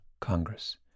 Congress